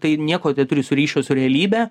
tai nieko neturi su ryšio su realybe